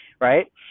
right